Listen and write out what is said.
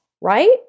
right